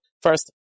First